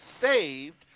saved